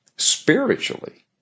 spiritually